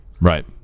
Right